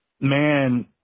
man